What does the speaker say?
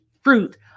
fruit